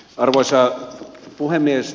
arvoisa puhemies